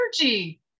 energy